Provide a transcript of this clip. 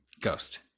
ghost